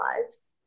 lives